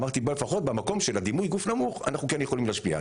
אמרתי: לפחות במקום של דימוי הגוף הנמוך אנחנו כן יכולים להשקיע.